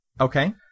Okay